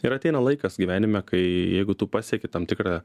ir ateina laikas gyvenime kai jeigu tu pasieki tam tikrą